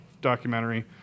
documentary